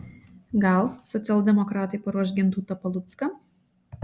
gal socialdemokratai paruoš gintautą palucką